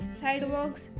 sidewalks